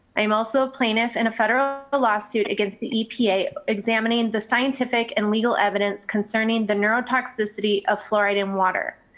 i am also a plaintiff in and a federal but lawsuit against the epa, examining the scientific and legal evidence concerning the neurotoxicity of fluoride in water.